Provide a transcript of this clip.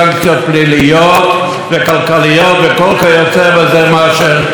מה שהיה בהצעה המקורית הקודמת.